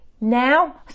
now